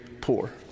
poor